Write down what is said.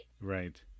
Right